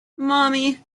mommy